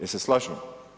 Jel se slažemo?